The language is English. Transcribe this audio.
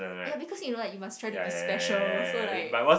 ya because you know like you must try to be special so like